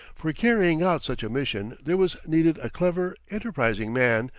for carrying out such a mission there was needed a clever, enterprising man,